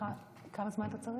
ברשותך, כמה זמן אתה צריך?